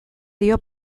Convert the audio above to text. dio